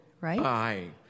right